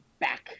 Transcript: back